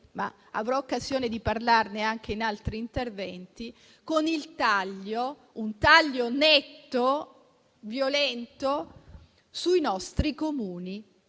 ma avrò occasione di parlarne anche in altri interventi - con il taglio netto e violento sui nostri Comuni,